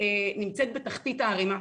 נמצאת בתחתית הערימה,